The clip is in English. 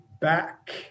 back